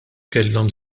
kellhom